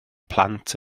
plant